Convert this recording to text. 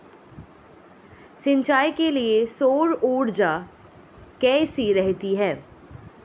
सिंचाई के लिए सौर ऊर्जा कैसी रहती है?